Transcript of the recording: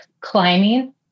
climbing